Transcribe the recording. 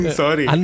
sorry